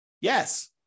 Yes